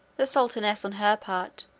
the sultaness, on her part,